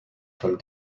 from